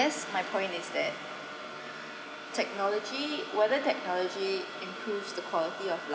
guess my point is that technology whether technology improves the quality of